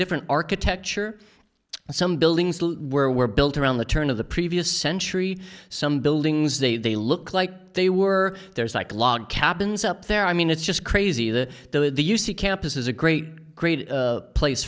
different architecture and some buildings that were built around the turn of the previous century some buildings they they look like they were there is like log cabins up there i mean it's just crazy the the u c campus is a great great place